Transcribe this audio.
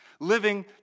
living